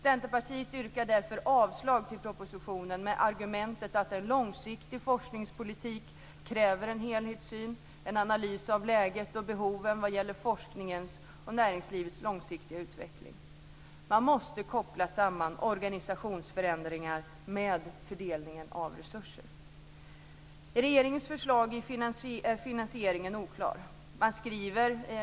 Centerpartiet yrkar därför avslag på propositionen, med argumentet att en långsiktig forskningspolitik kräver en helhetssyn, en analys av läget och behoven vad gäller forskningens och näringslivets långsiktiga utveckling. Man måste koppla samman organisationsförändringar med fördelningen av resurser. Regeringens förslag för finansieringen är oklar.